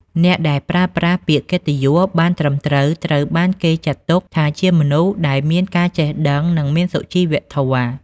អ្នកដែលប្រើប្រាស់ពាក្យកិត្តិយសបានត្រឹមត្រូវ ត្រូវបានគេចាត់ទុកថាជាមនុស្សដែលមានការចេះដឹង និងមានសុជីវធម៌។